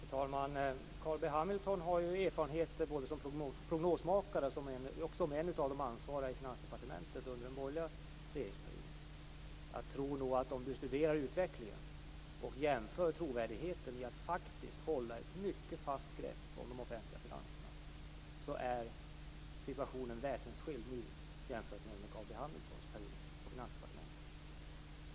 Fru talman! Carl B Hamilton har ju erfarenheter både som prognosmakare och som en av de ansvariga i Finansdepartementet under den borgerliga regeringsperioden. Jag tror att om han studerar utvecklingen och jämför trovärdigheten i att hålla ett mycket fast grepp om de offentliga finanserna ser han att situationen är väsensskild nu jämfört med hur den var under Carl B Hamiltons period på Finansdepartementet.